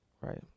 Right